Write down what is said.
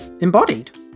embodied